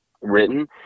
written